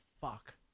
fuck